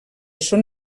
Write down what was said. són